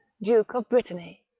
duke of brittany,